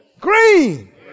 Green